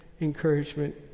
encouragement